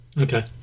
Okay